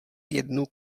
jednu